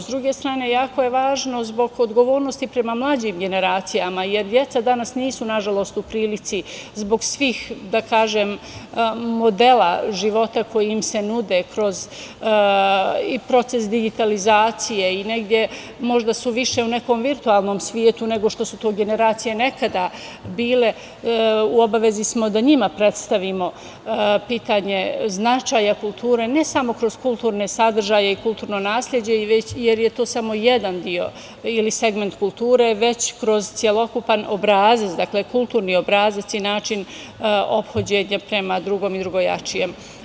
S druge strane, jako je važno zbog odgovornosti prema mlađim generacijama, jer deca danas nisu, nažalost, u prilici zbog svih modela života koji im se nude kroz proces digitalizacije i negde su možda više u nekom virtuelnom svetu nego što su to generacije nekada bile, pa u obavezi smo da njima predstavimo pitanje značaja kulture, ne samo kroz kulturne sadržaje i kulturno nasleđe jer je to samo jedan deo ili segment kulture, već kroz celokupan obrazac, kulturni obrazac i način ophođenja prema drugom i drugojačijem.